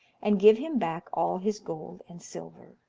and give him back all his gold and silver.